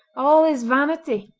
all is vanity.